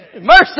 Mercy